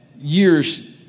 years